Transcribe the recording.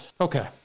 Okay